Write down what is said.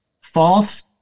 false